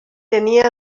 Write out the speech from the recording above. tenia